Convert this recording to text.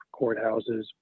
courthouses